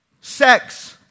Sex